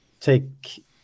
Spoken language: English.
take